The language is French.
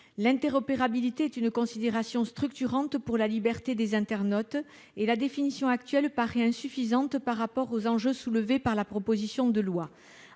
L'interopérabilité est une considération structurante pour la liberté des internautes ; la définition actuelle paraît donc insuffisante par rapport aux enjeux soulevés dans la présente proposition de loi.